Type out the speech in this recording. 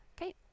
Okay